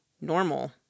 normal